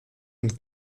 und